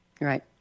right